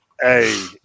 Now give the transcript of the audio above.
Hey